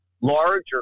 larger